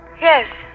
Yes